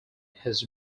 his